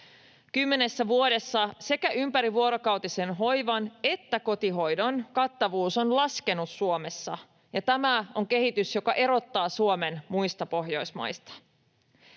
Kymmenessä vuodessa sekä ympärivuorokautisen hoivan että kotihoidon kattavuus on laskenut Suomessa, ja tämä on kehitys, joka erottaa Suomen muista Pohjoismaista.